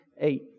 eight